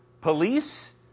police